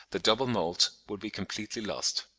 the double moult would be completely lost.